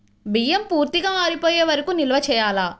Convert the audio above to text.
బియ్యం పూర్తిగా ఆరిపోయే వరకు నిల్వ చేయాలా?